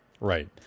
right